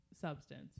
substance